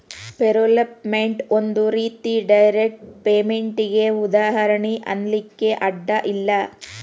payroll payment ಒಂದ್ ರೇತಿ direct ಪೇಮೆನ್ಟಿಗೆ ಉದಾಹರ್ಣಿ ಅನ್ಲಿಕ್ಕೆ ಅಡ್ಡ ಇಲ್ಲ